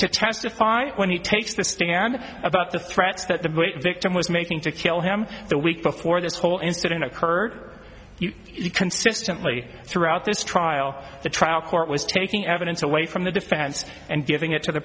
to testify when he takes the stand about the threats that the victim was making to kill him the week before this whole incident occurred he consistently throughout this trial the trial court was taking evidence away from the defense and giving it to the